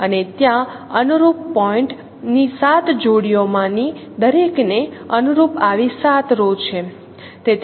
અને ત્યાં અનુરૂપ પોઇન્ટ ની 7 જોડીઓમાંથી દરેક ને અનુરૂપ આવી 7 રો છે